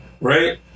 right